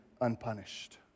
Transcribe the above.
unpunished